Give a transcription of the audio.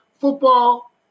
football